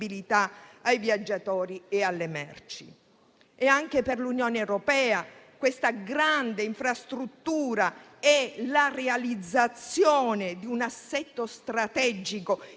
ai viaggiatori e alle merci. Anche per l'Unione europea questa grande infrastruttura è la realizzazione di un assetto strategico